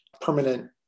permanent